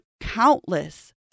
countless